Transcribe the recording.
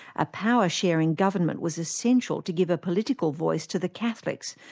a power-sharing government was essential to give a political voice to the catholics,